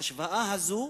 את ההשוואה הזאת